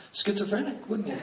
schizophrenic, wouldn't yeah